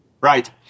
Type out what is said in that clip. right